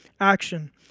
action